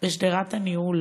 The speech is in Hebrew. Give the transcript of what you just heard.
בשדרת הניהול